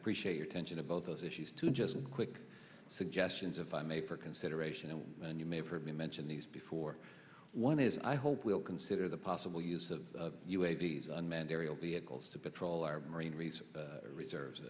appreciate your tension to both those issues too just a quick suggestions if i may for consideration and and you may have heard me mention these before one is i hope we'll consider the possible use of these unmanned aerial vehicles to patrol our marine reserve reserves